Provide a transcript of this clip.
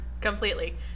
completely